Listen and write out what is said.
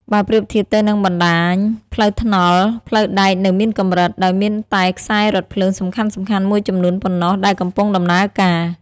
បើប្រៀបធៀបទៅនឹងបណ្តាញផ្លូវថ្នល់ ផ្លូវដែកនៅមានកម្រិត ដោយមានតែខ្សែរថភ្លើងសំខាន់ៗមួយចំនួនប៉ុណ្ណោះដែលកំពុងដំណើរការ។